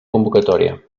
convocatòria